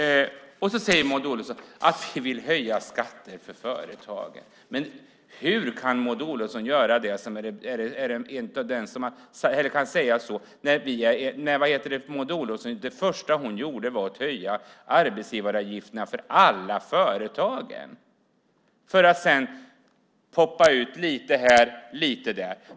Maud Olofsson säger att vi vill höja skatter för företagen. Hur kan Maud Olofsson säga det när det första hon gjorde var att höja arbetsgivaravgifterna för alla företag för att sedan dela ut lite här och lite där?